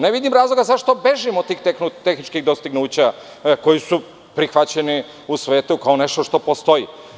Ne vidim razlog zašto bežimo od tih tehničkih dostignuća koja su prihvaćena u svetu kao nešto što postoji.